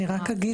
אני רק אגיד,